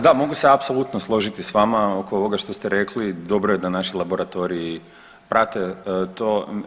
Da, mogu se apsolutno složiti s vama oko ovoga što ste rekli, dobro je da naši laboratoriji prate to.